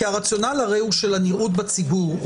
כי הרציונל הרי הוא של הנראות בציבור,